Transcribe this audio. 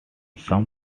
some